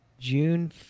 June